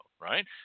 right